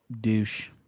douche